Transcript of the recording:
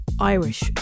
Irish